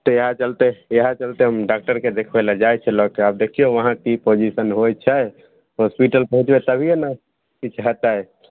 इएह चलते इएह चलते हम डॉक्टरके देखबैलए जाइ छिए लऽ कऽ आब देखिऔ वहाँ कि पोजिशन होइ छै हॉस्पिटल पहुँचबै तभिए ने किछु हेतै